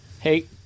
hey